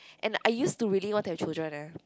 and I used to really want to have children eh